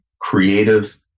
creative